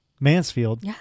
Mansfield